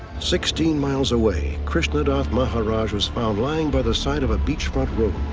sixteen miles away, krishnadath maharaj was found lying by the side of a beach front road.